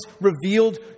revealed